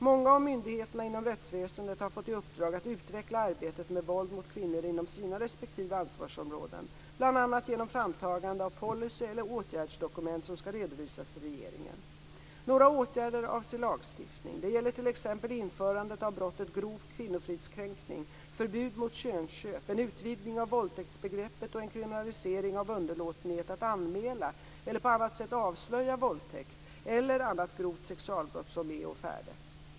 Många av myndigheterna inom rättsväsendet har fått i uppdrag att utveckla arbetet med våld mot kvinnor inom sina respektive ansvarsområden, bl.a. genom framtagandet av policy eller åtgärdsdokument som skall redovisas till regeringen. Några åtgärder avser lagstiftning. Det gäller t.ex. införandet av brottet grov kvinnofridskränkning, förbud mot könsköp, en utvidgning av våldtäktsbegreppet och en kriminalisering av underlåtenhet att anmäla eller på annat sätt avslöja våldtäkt eller annat grovt sexualbrott som är å färde.